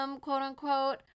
quote-unquote